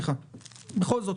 בכל זאת,